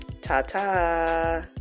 ta-ta